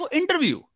interview